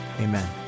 amen